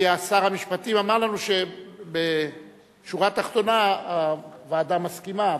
כי שר המשפטים אמר לנו שבשורה תחתונה הוועדה מסכימה,